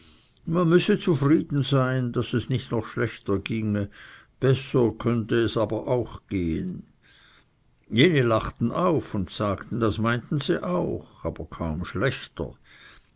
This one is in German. man müsse zufrieden sein daß es nicht noch schlechter ginge besser könnte es aber auch gehen jene lachten auf und sagten das meinten sie auch aber kaum schlechter